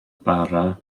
bara